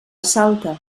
salta